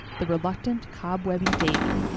the reluctant, cobwebby davy,